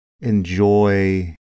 enjoy